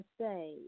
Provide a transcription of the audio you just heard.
say